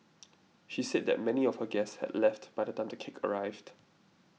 she said that many of her guests had left by the time the cake arrived